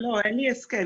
לא, אין לי הסכם.